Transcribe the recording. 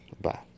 Bye